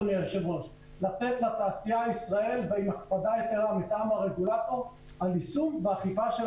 לתת לתעשייה בישראל ומטעם הרגולטור יישום ואכיפה של